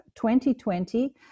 2020